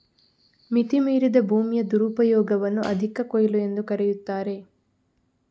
ಮಿತಿ ಮೀರಿದ ಭೂಮಿಯ ದುರುಪಯೋಗವನ್ನು ಅಧಿಕ ಕೊಯ್ಲು ಎಂದೂ ಕರೆಯುತ್ತಾರೆ